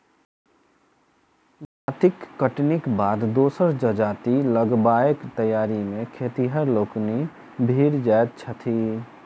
जजाति कटनीक बाद दोसर जजाति लगयबाक तैयारी मे खेतिहर लोकनि भिड़ जाइत छथि